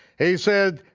he said,